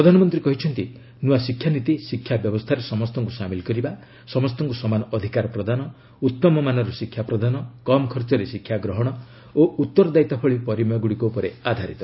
ପ୍ରଧାନମନ୍ତ୍ରୀ କହିଛନ୍ତି ନୂଆ ଶିକ୍ଷାନୀତି' ଶିକ୍ଷା ବ୍ୟବସ୍ଥାରେ ସମସ୍ତଙ୍କୁ ସାମିଲ କରିବା ସମସ୍ତଙ୍କୁ ସମାନ ଅଧିକାର ପ୍ରଦାନ ଉତ୍ତମ ମାନର ଶିକ୍ଷା ପ୍ରଦାନ କମ୍ ଖର୍ଚ୍ଚରେ ଶିକ୍ଷା ଗ୍ରହଣ ଓ ଉତ୍ତରଦାୟିତା ଭଳି ପରିମେୟଗୁଡ଼ିକ ଉପରେ ଆଧାରିତ